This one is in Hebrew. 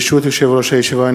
ברשות יושב-ראש הישיבה,